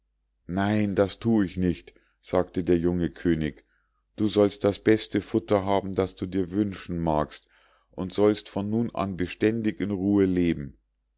nein das thu ich nicht sagte der junge könig du sollst das beste futter haben das du dir wünschen magst und sollst von nun an beständig in ruhe leben